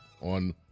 on